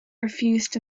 refused